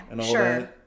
sure